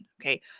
Okay